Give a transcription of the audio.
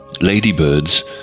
ladybirds